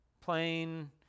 plain